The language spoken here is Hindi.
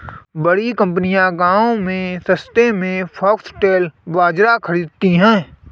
बड़ी कंपनियां गांव से सस्ते में फॉक्सटेल बाजरा खरीदती हैं